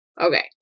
Okay